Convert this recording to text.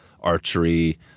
archery